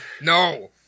No